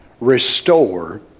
Restore